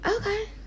Okay